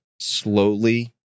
slowly